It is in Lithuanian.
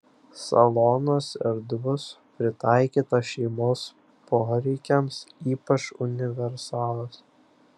salonas erdvus pritaikytas šeimos poreikiams ypač universalas